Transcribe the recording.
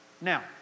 Now